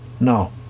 no